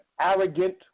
arrogant